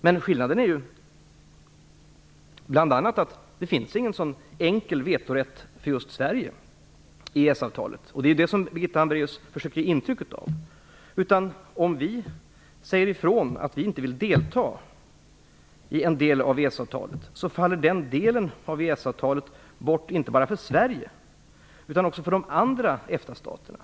Men skillnaden är ju bl.a. att det finns ingen enkel vetorätt för just Sverige i EES-avtalet, något som Birgitta Hambraeus försöker ge intryck av att det finns. Om vi säger ifrån att vi inte vill delta i en del av EES-avtalet, faller den delen i avtalet bort inte bara för Sverige utan också för de andra EFTA-staterna.